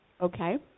Okay